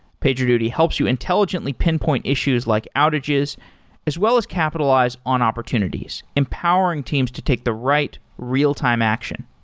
pagerduty helps you intelligently pinpoint issues like outages as well as capitalize on opportunities empowering teams to take the right real-time action.